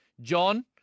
John